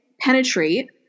penetrate –